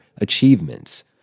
achievements